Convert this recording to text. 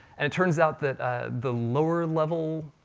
and it turns out that the lower level